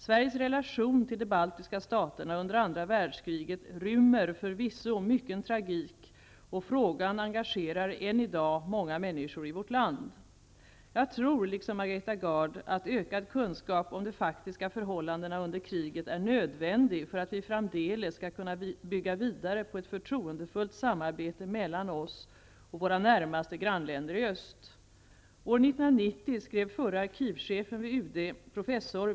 Sveriges relation till de baltiska staterna under andra världskriget rymmer förvisso mycken tragik, och frågan engagerar än i dag många människor i vårt land. Jag tror liksom Margareta Gard att ökad kunskap om de faktiska förhållandena under kriget är nödvändig för att vi framdeles skall kunna bygga vidare på ett förtroendefullt samarbete mellan oss och våra närmaste grannländer i öst.